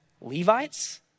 Levites